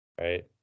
right